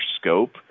scope